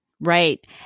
Right